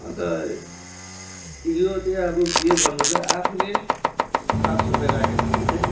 अन्त यो चाहिँ अब के गर्नुपर्छ आफूले साफसफाई राखेन भने चाहिँ